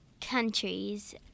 countries